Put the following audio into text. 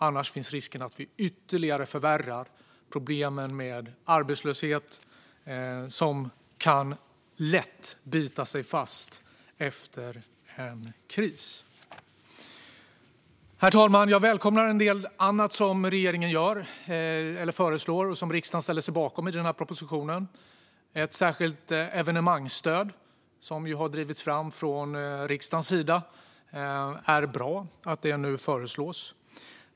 Annars finns risken att vi ytterligare förvärrar problemen med arbetslöshet, som lätt kan bita sig fast efter en kris. Herr talman! Jag välkomnar en del annat som regeringen gör eller föreslår och som riksdagen ställer sig bakom i den här propositionen. Ett särskilt evenemangsstöd, som har drivits fram från riksdagens sida, är bra. Det är bra att det nu föreslås.